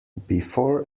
before